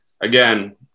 again